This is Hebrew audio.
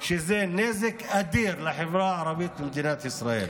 שזה נזק אדיר לחברה הערבית במדינת ישראל.